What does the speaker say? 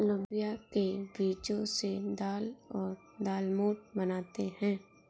लोबिया के बीजो से दाल और दालमोट बनाते है